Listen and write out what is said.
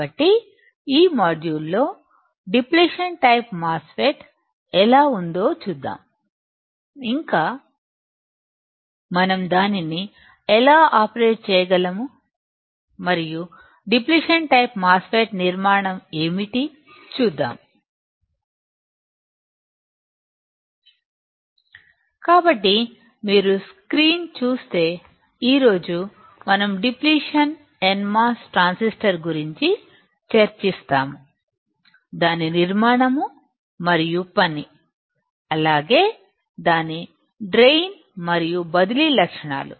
కాబట్టి ఈ మాడ్యూల్లో డిప్లిషన్ టైపు మాస్ ఫేట్ ఎలా ఉందో చూద్దాం ఇంకా మనం దానిని ఎలా ఆపరేట్ చేయగలము మరియు డిప్లిషన్ టైపు మాస్ ఫెట్ నిర్మాణం ఏమిటి చూద్దాం కాబట్టి మీరు స్క్రీన్ చూస్తే ఈ రోజుమనం డిప్లిషన్ టైపు nmos ట్రాన్సిస్టర్ గురించి చర్చిస్తాము దాని నిర్మాణం మరియు పని అలాగే దాని డ్రైన్ మరియు బదిలీ లక్షణాలు